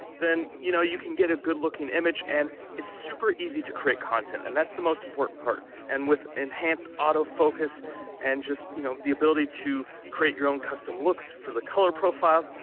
then, you know you can get a good looking image and it's super easy to create content and that's the most important part. and with enhanced auto focus and you know the ability to create your own custom looks for the color profiles,